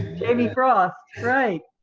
jamie frost. right!